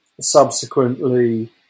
subsequently